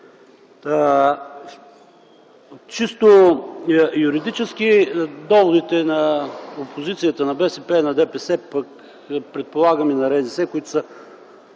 Чисто юридически доводите на опозицията – на БСП и на ДПС, предполагам и на РЗС, които са